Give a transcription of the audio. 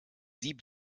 sieb